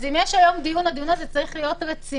אז אם יש היום דיון, הדיון הזה צריך להיות רציני.